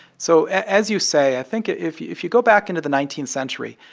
so as you say i think if you if you go back into the nineteenth century,